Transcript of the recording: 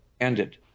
ended